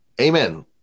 Amen